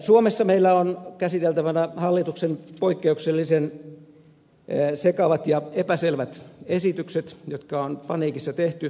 suomessa meillä ovat käsiteltävinä hallituksen poikkeuksellisen sekavat ja epäselvät esitykset jotka on paniikissa tehty